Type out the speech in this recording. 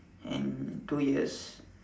and two ears